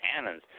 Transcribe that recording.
tannins